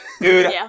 Dude